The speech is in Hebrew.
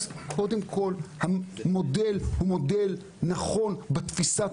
קודם כול המודל הוא מודל נכון בתפיסת